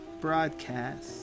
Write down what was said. broadcast